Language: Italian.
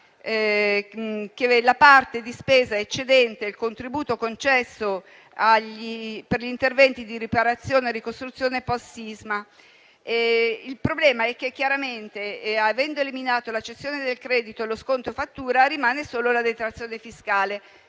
alla parte di spesa eccedente il contributo concesso per gli interventi di riparazione e ricostruzione post-sisma. Il problema è che chiaramente, avendo eliminato la cessione del credito e lo sconto in fattura, rimane solo la detrazione fiscale,